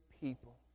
people